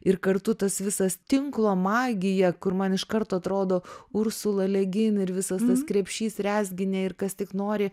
ir kartu tas visas tinklo magija kur man iš karto atrodo ursula le gin ir visas tas krepšys rezginiai ir kas tik nori